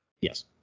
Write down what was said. Yes